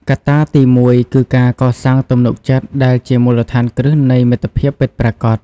កត្តាទីមួយគឺការកសាងទំនុកចិត្តដែលជាមូលដ្ឋានគ្រឹះនៃមិត្តភាពពិតប្រាកដ។